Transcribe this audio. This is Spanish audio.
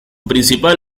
principal